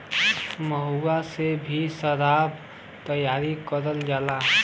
महुआ से भी सराब तैयार करल जाला